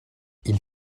ils